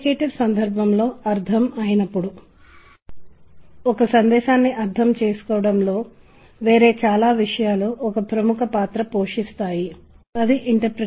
minor తీగలు చాలా తరచుగా కొద్దిగా విచారం యొక్క భావాన్ని తెలియజేస్తాయి మరియు ఇది దాదాపు విశ్వవ్యాప్తంగా గుర్తించబడిన విషయం